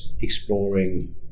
exploring